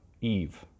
Eve